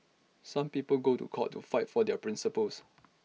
some people go to court to fight for their principles